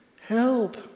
help